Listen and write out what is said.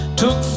took